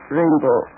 rainbow